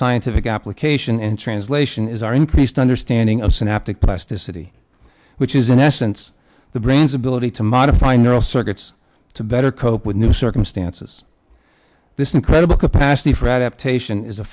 scientific application and translation is our increased understanding of synaptic plasticity which is in essence the brain's ability to modify neural circuits to better cope with new circumstances this incredible capacity for adaptation is a